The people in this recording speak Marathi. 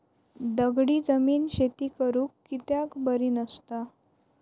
दगडी जमीन शेती करुक कित्याक बरी नसता?